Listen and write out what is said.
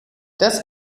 das